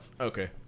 Okay